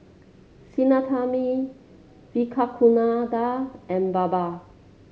Sinnathamby Vivekananda and Baba